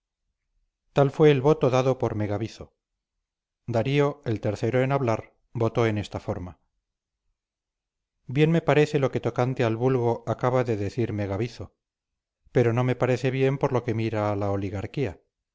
tal fue el voto dado por megabizo darío el tercero en hablar votó en esta forma bien me parece lo que tocante al vulgo acaba de decir megabizo pero no me parece bien por lo que mira a la oligarquía